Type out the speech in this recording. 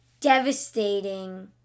devastating